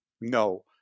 No